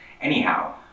anyhow